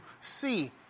see